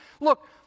Look